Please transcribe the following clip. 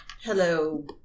Hello